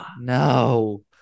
No